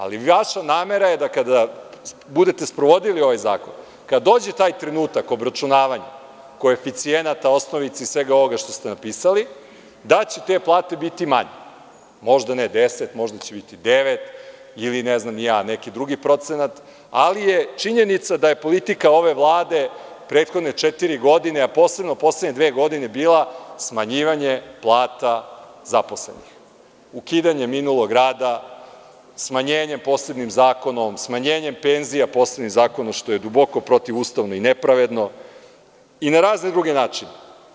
Ali, vaša namera je da kada budete sprovodili ovaj zakon, kada dođe taj trenutak obračunavanja koeficijenata, osnovice i svega ovoga što ste napisali, da će te plate biti manje, možda ne 10, možda će biti devet, ili ne znam ni ja, neki drugi procenat, ali je činjenica da je politika ove Vlade prethodne četiri godine, a posebno poslednje dve godine, bila smanjivanje plata zaposlenih, ukidanje minulog rada, smanjenje posebnim zakonom, smanjenje penzija posebnim zakonom, što je duboko protivustavno i nepravedno, i na razne druge načine.